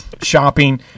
shopping